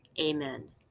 Amen